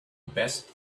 best